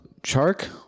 Chark